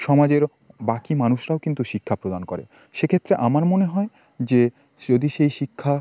সমাজেরও বাকি মানুষরাও কিন্তু শিক্ষা প্রদান করে সেক্ষেত্রে আমার মনে হয় যে যদি সেই শিক্ষা